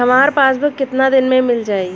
हमार पासबुक कितना दिन में मील जाई?